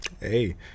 Hey